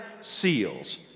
seals